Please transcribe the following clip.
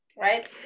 right